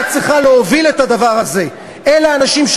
אני מבקשת שיירשם בפרוטוקול שמה שהוא אומר זה הכפשת השם.